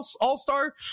all-star